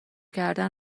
کردن